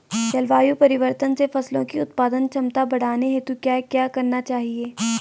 जलवायु परिवर्तन से फसलों की उत्पादन क्षमता बढ़ाने हेतु क्या क्या करना चाहिए?